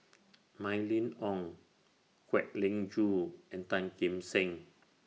Mylene Ong Kwek Leng Joo and Tan Kim Seng